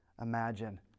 imagine